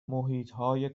محیطهای